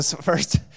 first